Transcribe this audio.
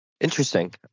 Interesting